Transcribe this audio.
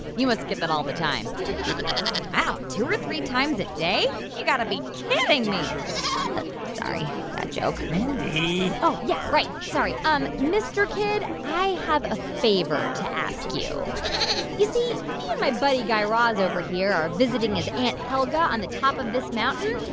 you must get that all the time wow. two or three times a day? you got to be kidding me sorry. bad joke mindy. oh, yeah, right. sorry. um mr. kid, i have a favor to ask you you see, me and my buddy guy raz over here are visiting his aunt helga on the top of this mountain,